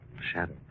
Shadow